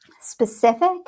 specific